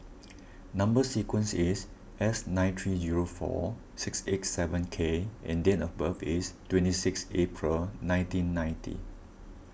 Number Sequence is S nine three zero four six eight seven K and date of birth is twenty six April nineteen ninety